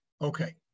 Okay